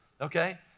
Okay